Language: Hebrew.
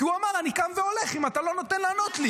כי הוא אמר: אני קם והולך אם אתה לא נותן לי לענות.